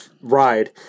ride